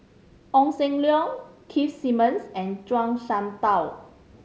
Ong Sam Leong Keith Simmons and Zhuang Shengtao